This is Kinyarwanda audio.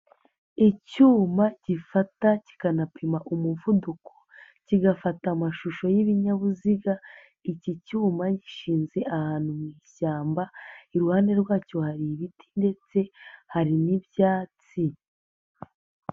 Icyuma gifata kikanapima umuvuduko, kigafata amashusho y'ibinyabiziga, iki cyuma gishinze ahantu mu ishyamba, iruhande rwacyo hari ibiti ndetse hari n'ibyatsi.